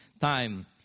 time